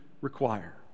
require